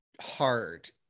hard